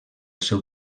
seu